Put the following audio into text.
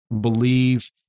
Believe